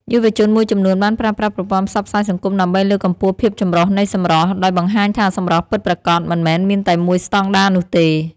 យុវជនមួយចំនួនបានប្រើប្រាស់ប្រព័ន្ធផ្សព្វផ្សាយសង្គមដើម្បីលើកកម្ពស់ភាពចម្រុះនៃសម្រស់ ដោយបង្ហាញថាសម្រស់ពិតប្រាកដមិនមែនមានតែមួយស្តង់ដារនោះទេ។